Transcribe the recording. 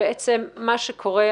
בעצם מה שקורה,